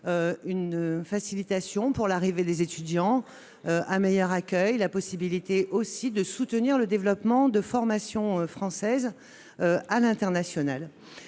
une facilitation de l'arrivée des étudiants et un meilleur accueil, mais aussi la possibilité de soutenir le développement de formations françaises à l'international.